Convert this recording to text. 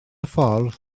ffordd